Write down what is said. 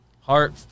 heart